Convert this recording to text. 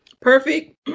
perfect